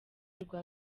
rwa